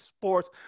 Sports